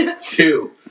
Two